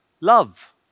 Love